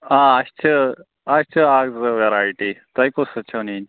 آ اسہِ چھ اسہِ چھ اکھ زٕ ویرایٹی تۄہہِ کُس اکھ چھو نِنۍ